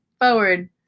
forward